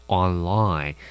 online